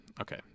Okay